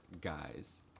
guys